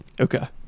Okay